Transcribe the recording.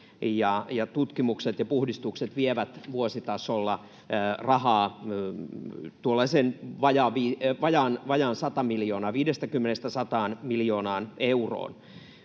tutkimukset ja puhdistukset vievät vuositasolla rahaa tuollaisen vajaan 100 miljoonaa, 50—100